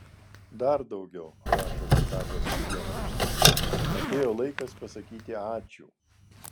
dar daugiau rašo čikagos dienraštis atėjo laikas pasakyti ačiū